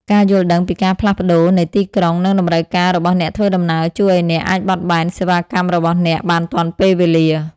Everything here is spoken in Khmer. ការយល់ដឹងពីការផ្លាស់ប្តូរនៃទីក្រុង និងតម្រូវការរបស់អ្នកធ្វើដំណើរ ជួយឱ្យអ្នកអាចបត់បែនសេវាកម្មរបស់អ្នកបានទាន់ពេលវេលា។